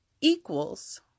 equals